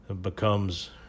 becomes